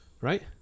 right